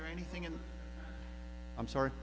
or anything and i'm sorry